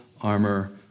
armor